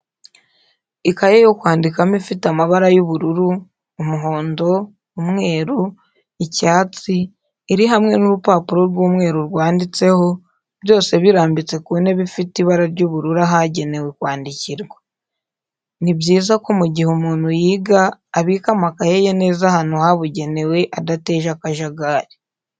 Ikaye yo kwandikano ifite amabara y'ubururu, umuhondo, umweru icyatsi iri hamwe n'urupapuro rw'umweru rwanditseho, byose birambitse ku ntebe ifite ibara ry'ubururu ahagenewe kwandikirwa. Ni byiza ko mu gihe umuntu yiga abika amakayi ye neza ahantu habugenewe adateje akajagari.